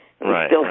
right